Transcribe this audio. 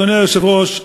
אדוני היושב-ראש,